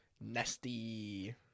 Nasty